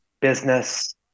business